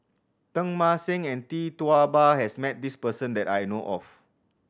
Teng Mah Seng and Tee Tua Ba has met this person that I know of